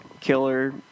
killer